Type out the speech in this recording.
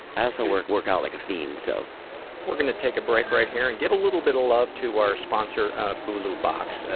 i also work work out like a fiend. so we're going to take a break right here and give a little little love to our sponsor ah bulu box.